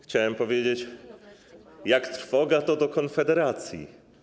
Chciałem powiedzieć: jak trwoga, to do Konfederacji.